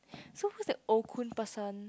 so who's the Okun person